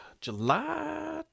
July